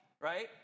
right